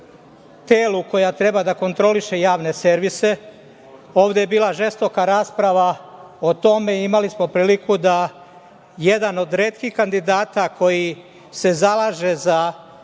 koje treba da kontroliše javne servise, ovde je bila žestoka rasprava o tome i imali smo priliku da jedan od retkih kandidata, koji se zalaže za